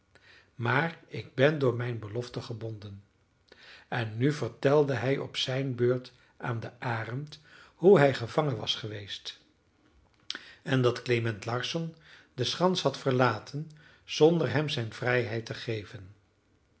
maar ik ben door mijn belofte gebonden en nu vertelde hij op zijn beurt aan den arend hoe hij gevangen was geweest en dat klement larsson de schans had verlaten zonder hem zijn vrijheid te geven